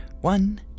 One